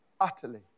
utterly